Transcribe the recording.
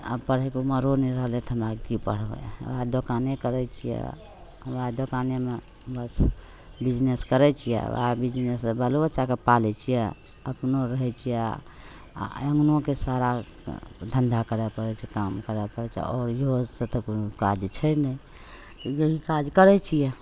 आब पढ़ैके उमरो नहि रहलै तऽ हम आब कि पढ़बै वएह दोकाने करै छिए वएह दोकानेमे बस बिजनेस करै छिए वएह बिजनेससे बालो बच्चाकेँ पालै छिए अपनो रहै छिए आओर अँगनोके सारा धन्धा करै पड़ै छै काम करै पड़ै छै आओर इहोसे तऽ कोनो काज छै नहि इएह काज करै छिए